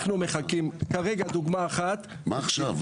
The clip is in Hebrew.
אנחנו מחכים, כרגע, דוגמא אחת --- מה עכשיו?